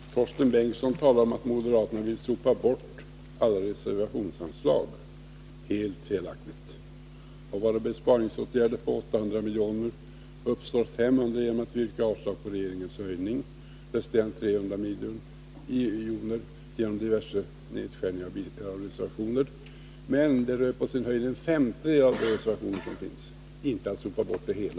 Fru talman! Torsten Bengtson talade om att moderaterna vill sopa bort alla reservationsanslag. Det är helt felaktigt. Av våra besparingsåtgärder på 800 miljoner uppstår 500 genom att vi yrkar avslag på regeringens höjning och resterande 300 miljoner bl.a. genom diverse nedskärningar av reservationer. Men det rör på sin höjd en femtedel av de reservationer som finns, och det är inte detsamma som att sopa bort alla.